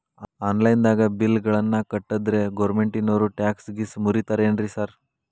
Online ದಾಗ bill ಗಳನ್ನಾ ಕಟ್ಟದ್ರೆ ಗೋರ್ಮೆಂಟಿನೋರ್ ಟ್ಯಾಕ್ಸ್ ಗೇಸ್ ಮುರೇತಾರೆನ್ರಿ ಸಾರ್?